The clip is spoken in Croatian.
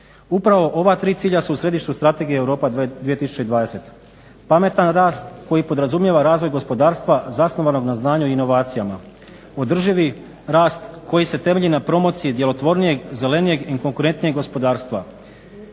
Upravo ova tri cilja su u središtu Strategije Europa 2020. Pametan rast koji podrazumijeva razvoj gospodarstva zasnovanog na znanju i inovacijama, održivi rast koji se temelji na promociji djelotvornijeg, zelenijeg i konkurentnijeg gospodarstva